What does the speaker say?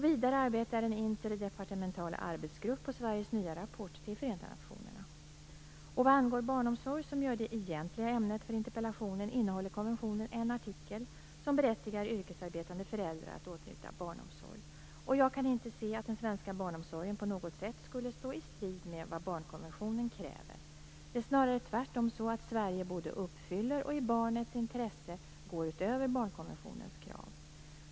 Vidare arbetar en interdepartemental arbetsgrupp på Sveriges nya rapport till Förenta nationerna. Vad angår barnomsorg, som ju är det egentliga ämnet för interpellationen, innehåller konventionen en artikel som berättigar yrkesarbetande föräldrar att åtnjuta barnomsorg. Jag kan inte se att den svenska barnomsorgen på något sätt skulle stå i strid med vad barnkonventionen kräver. Det är snarare tvärtom så att Sverige både uppfyller och - i barnets intresse - går utöver barnkonventionens krav.